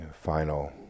final